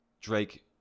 Drake